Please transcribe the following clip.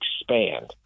expand